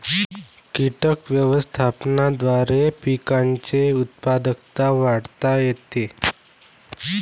कीटक व्यवस्थापनाद्वारे पिकांची उत्पादकता वाढवता येते